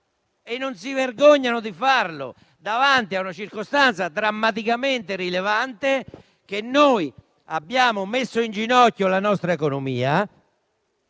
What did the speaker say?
e non si vergognano di farlo. Siamo davanti a una circostanza drammaticamente rilevante: abbiamo messo in ginocchio la nostra economia